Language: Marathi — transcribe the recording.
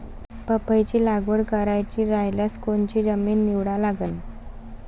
पपईची लागवड करायची रायल्यास कोनची जमीन निवडा लागन?